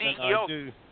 CEO –